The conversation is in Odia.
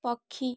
ପକ୍ଷୀ